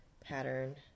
pattern